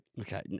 Okay